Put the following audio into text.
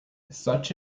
such